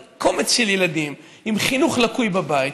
אבל קומץ של ילדים עם חינוך לקוי בבית,